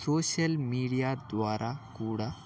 social media ద్వారా కూడా